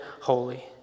holy